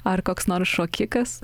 ar koks nors šokikas